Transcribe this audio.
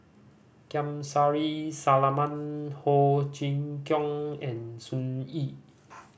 Kamsari Salam Ho Chee Kong and Sun Yee